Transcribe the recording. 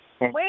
Wait